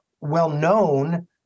well-known